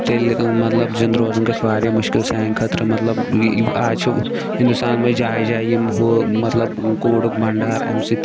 تیلہِ مطلب زنٛدٕ روزُن گژھِ واریاہ مُشکِل سانہِ خٲطرٕ مطلب آز چھِ ہِندُستانَس منٛز جایہِ جایہِ یِم ہُہ مطلب کوٗڈُک بنٛڈارٕ اَمہِ سۭتۍ